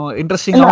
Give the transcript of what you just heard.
interesting